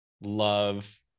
love